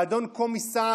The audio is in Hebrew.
ואדון קומיסר,